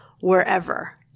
wherever